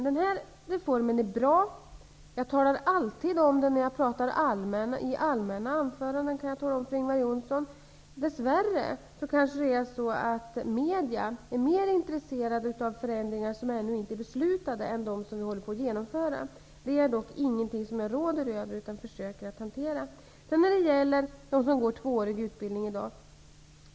Den här reformen är bra. Jag talar alltid om den i mina allmänna anföranden -- det kan jag tala om för Ingvar Johnsson. Dess värre är medierna kanske mer intresserade av förändringar som ännu inte är beslutade än av dem som vi håller på att genomföra. Det är dock någonting som jag inte råder över men som jag försöker att hantera. Sedan några ord om dem som går tvåårig utbildning i dag.